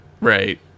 Right